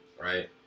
right